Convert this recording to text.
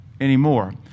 anymore